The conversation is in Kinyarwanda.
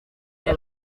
bwo